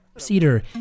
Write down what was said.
Cedar